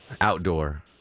Outdoor